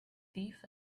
thief